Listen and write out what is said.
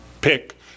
pick